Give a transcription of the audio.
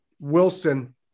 Wilson